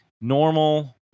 normal